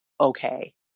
okay